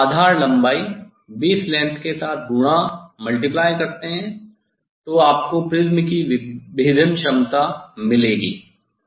अब आप आधार लंबाई के साथ गुणा करते हैं तो आपको प्रिज्म की विभेदन क्षमता मिलेगी